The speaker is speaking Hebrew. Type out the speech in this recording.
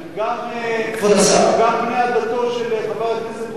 הם גם מעדתו של חבר הכנסת והבה.